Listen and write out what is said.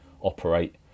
operate